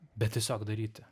bet tiesiog daryti